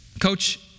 coach